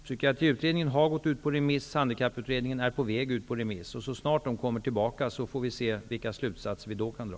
Psykiatriutredningen har gått ut på remiss, och Handikapputredningen är på väg ut på remiss, och så snart remissvaren kommer in får vi se vilka slutsatser vi kan dra.